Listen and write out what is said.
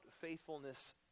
faithfulness